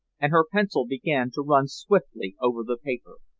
and her pencil began to run swiftly over the paper.